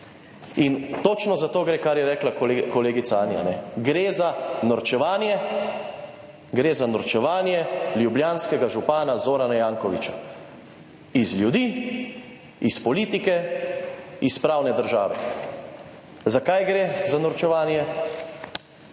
In točno za to gre, kar je rekla kolegica Anja, ne. Gre za norčevanje, gre za norčevanje ljubljanskega župana Zorana Jankovića iz ljudi, iz politike, iz pravne države. Zakaj gre za norčevanje,